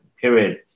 period